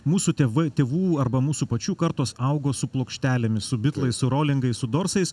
mūsų tėvai tėvų arba mūsų pačių kartos augo su plokštelėmis su bitlais su rolingais su dorsais